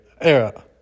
era